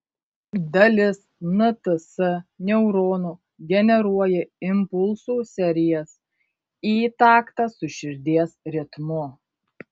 dalis nts neuronų generuoja impulsų serijas į taktą su širdies ritmu